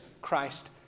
Christ